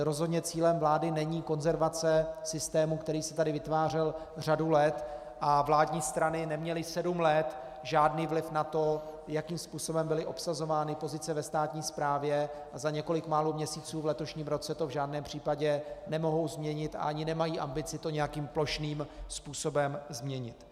Rozhodně cílem vlády není konzervace systému, který se tady vytvářel řadu let, a vládní strany neměly sedm let žádný vliv na to, jakým způsobem byly obsazovány pozice ve státní správě, a za několik málo měsíců v letošním roce to v žádném případě nemohou změnit a ani nemají ambici to nějakým plošným způsobem změnit.